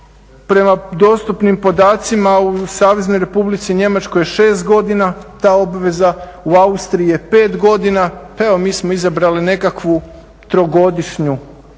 Prema dostupnim podacima u Saveznoj Republici Njemačkoj 6 godina, ta obveza u Austriji je 5 godina, evo mi smo izabrali nekakvu trogodišnju obvezu